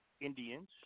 Indians